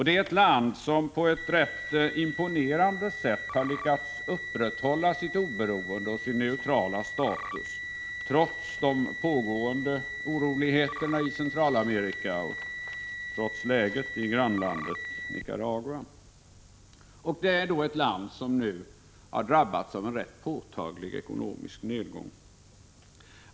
Det är ett land som på ett rätt imponerande sätt har lyckats upprätthålla sitt oberoende och sin neutrala status trots de pågående oroligheterna i Centralamerika och trots läget i grannlandet Nicaragua. Och det är som sagt ett land som nu har drabbats av en påtaglig ekonomisk nedgång.